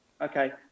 Okay